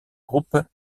groupe